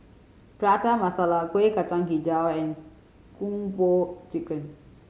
Prata Masala Kuih Kacang Hijau and Kung Po Chicken